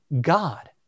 God